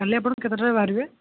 କାଲି ଆପଣ କେତେଟାରେ ବାହାରିବେ